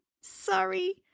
sorry